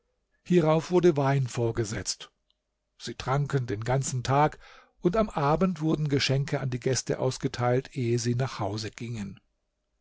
hierauf wurde wein vorgesetzt sie tranken den ganzen tag und am abend wurden geschenke an die gäste ausgeteilt ehe sie nach hause gingen